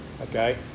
Okay